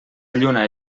lluna